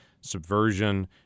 subversion